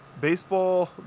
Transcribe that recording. baseball